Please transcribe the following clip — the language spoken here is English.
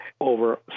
over